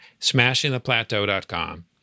SmashingThePlateau.com